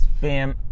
fam